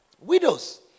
Widows